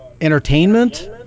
entertainment